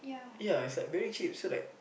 ya it's like very cheap so like